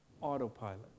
Autopilot